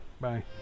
Bye